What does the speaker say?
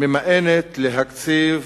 ממאנת להקציב